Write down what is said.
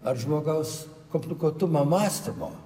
ar žmogaus komplikuotumą mąstymo